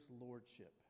lordship